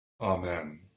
Amen